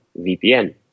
VPN